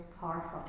powerful